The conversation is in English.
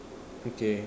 okay